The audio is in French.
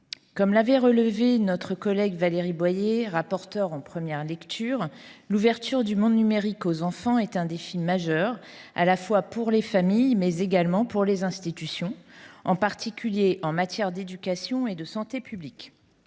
comme l’avait relevé notre collègue Valérie Boyer, rapporteure de ce texte en première lecture, l’ouverture du monde numérique aux enfants est un défi majeur, à la fois pour les familles et pour les institutions, en particulier en matière d’éducation et de santé publique.